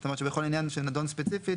זאת אומרת גם אם הם לא אלה שנותנים את הרישיון,